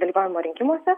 dalyvavimo rinkimuose